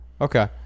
Okay